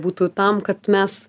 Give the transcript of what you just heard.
būtų tam kad mes